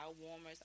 warmers